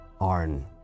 Arn